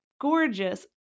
gorgeous